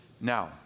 Now